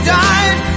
died